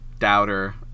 Doubter